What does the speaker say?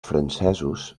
francesos